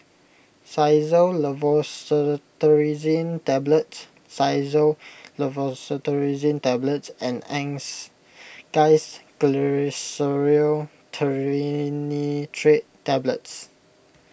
Xyzal Levocetirizine Tablets Xyzal Levocetirizine Tablets and Angised Glyceryl Trinitrate Tablets